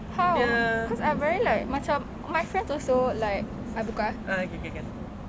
how cause I very like macam my friends also like I buka ah